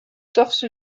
torse